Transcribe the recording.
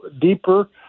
deeper